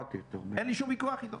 אין לי שום ויכוח איתו.